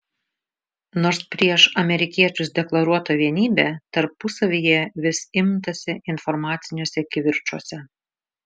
nors prieš amerikiečius deklaruota vienybė tarpusavyje vis imtasi informaciniuose kivirčuose